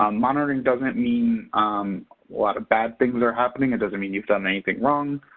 um monitoring doesn't mean a lot of bad things are happening, it doesn't mean you've done anything wrong.